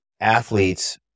athletes